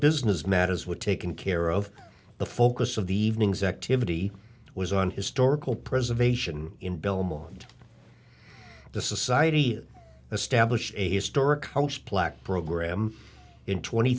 business matters were taken care of the focus of the evening's activity was on historical preservation in belmont the society established a historic house plaque program in tw